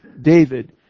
David